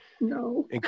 no